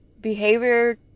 behavior